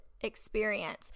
experience